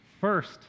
First